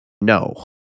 No